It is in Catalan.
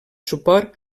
suport